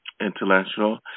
intellectual